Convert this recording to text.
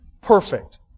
perfect